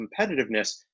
competitiveness